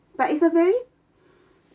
but it's a very